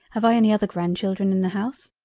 have i any other grand-children in the house.